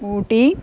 ஊட்டி